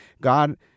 God